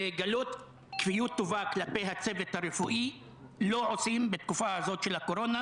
לגלות כפיות טובה כלפי הצוות הרפואי לא עושים בתקופה הזאת של הקורונה,